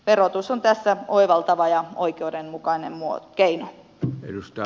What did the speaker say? verotus on tässä oivaltava ja oikeudenmukainen keino